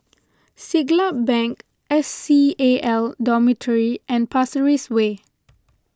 Siglap Bank S C A L Dormitory and Pasir Ris Way